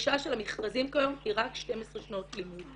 הדרישה של המכרזים כיום היא רק 12 שנות לימוד.